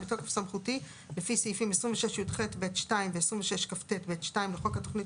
בתוקף סמכותי לפי סעיפים 26יח(ב)(2) לחוק התכנית